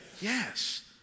yes